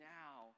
now